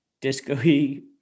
disco-y